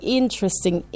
interesting